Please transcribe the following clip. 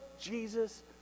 Jesus